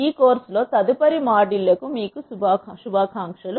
ఈ కోర్సులో తదుపరి మాడ్యూళ్ళకు మీకు శుభాకాంక్ష లు